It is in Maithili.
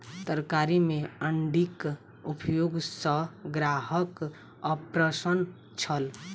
तरकारी में अण्डीक उपयोग सॅ ग्राहक अप्रसन्न छल